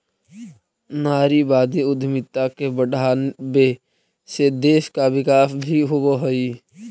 नारीवादी उद्यमिता के बढ़ावे से देश का विकास भी होवअ हई